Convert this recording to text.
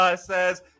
says